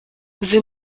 sie